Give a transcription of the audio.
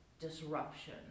disruption